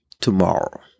tomorrow